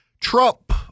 Trump